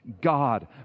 God